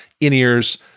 in-ears